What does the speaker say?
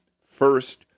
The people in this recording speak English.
first